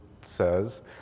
says